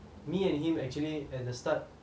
me and him actually at the start